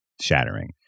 shattering